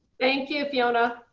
thank you fiona.